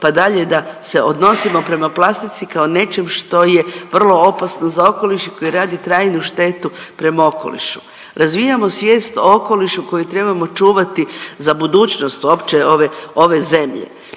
pa dalje, da se odnosimo prema plastici kao nečem što je vrlo opasno za okoliš i koji radi trajnu štetu prema okolišu, razvijamo svijest o okolišu koji trebamo čuvati za budućnost uopće ove, ove zemlje.